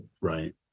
Right